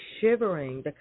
shivering